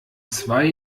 zwei